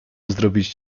zrobić